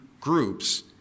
groups